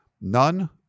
None